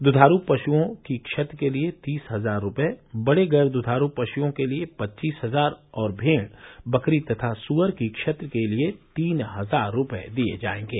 दुधारू पशुओं की क्षति के लिए तीस हजार रूपये बड़े गैर दुधारू पशुओं के लिए पच्चीस हजार और भेड़ बकरी तथा सुअर की क्षति के लिए तीन हजार रूपये दिए जाएंगे